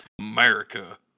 America